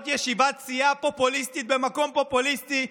ישיבת סיעה פופוליסטית במקום פופוליסטי,